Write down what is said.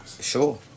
Sure